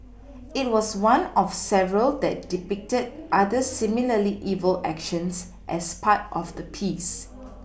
it was one of several that depicted other similarly evil actions as part of the piece